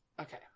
Okay